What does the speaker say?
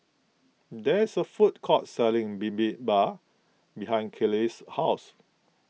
there is a food court selling Bibimbap behind Kiley's house